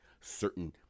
certain